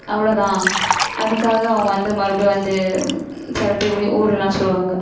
அவ்வளோ தான் அதுக்காக அவங்க வந்து மறுபடியும் வந்து சில பேர் வீ ஊர்லெலாம் சொல்லுவாங்க